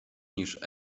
niż